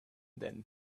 then